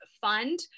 fund